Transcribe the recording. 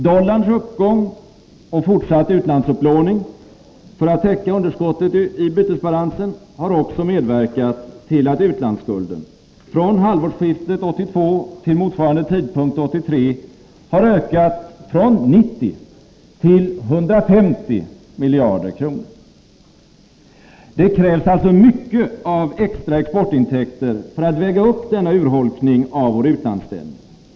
Dollarns uppgång och fortsatt utlandsupplåning för att täcka underskottet i bytesbalansen har också medverkat till att utlandsskulden från halvårsskiftet 1982 till motsvarande tidpunkt 1983 ökat från 90 miljarder till 150 miljarder kronor. Det krävs alltså mycket av extra importintäkter för att väga upp denna urholkning av vår utlandsställning.